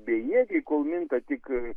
bejėgiai kol minta tik